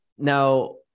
Now